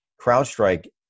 CrowdStrike